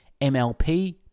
MLP